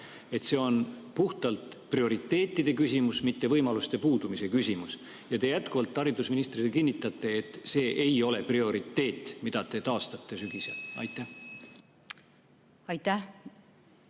See on puhtalt prioriteetide küsimus, mitte võimaluste puudumise küsimus. Kas te jätkuvalt haridusministrina kinnitate, et see ei ole prioriteet, mille te taastate sügisel? Aitäh!